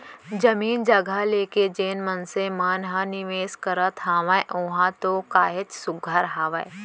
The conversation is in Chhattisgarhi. जमीन जघा लेके जेन मनसे मन ह निवेस करत हावय ओहा तो काहेच सुग्घर हावय